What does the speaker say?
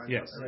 Yes